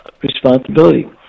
responsibility